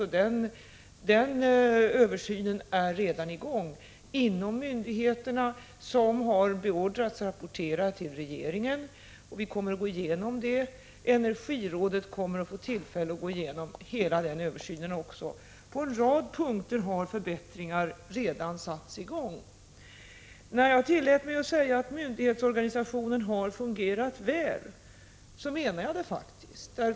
Den översynen pågår redan inom myndigheterna. De har beordrats att rapportera till regeringen, och vi kommer inom regeringen att gå igenom dessa rapporter. Energirådet kommer också att få tillfälle att gå igenom hela översynen. På en rad punkter har förbättringar redan genomförts. När jag tillät mig att säga att myndighetsorganisationen har fungerat väl, så menade jag faktiskt detta.